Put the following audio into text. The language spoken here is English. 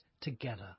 together